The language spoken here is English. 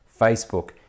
Facebook